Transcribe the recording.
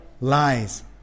lies